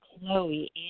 Chloe